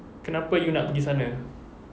kenapa you nak pergi sana